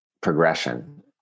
progression